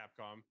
Capcom